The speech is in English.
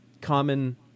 common